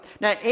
Now